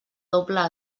doble